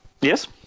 Yes